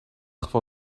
geval